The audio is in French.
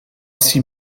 six